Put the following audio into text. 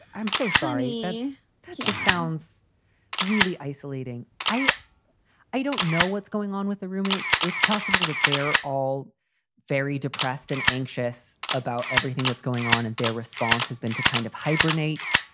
i'm so sorry that just sounds really isolating. i i don't know what's going on with the roommates. it's possible that they're all very depressed and anxious about everything that's going on. and their response has been to kind of hibernate.